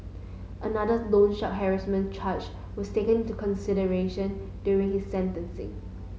another loan shark harassment charge was taken into consideration during his sentencing